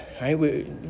right